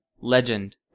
legend